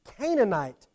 Canaanite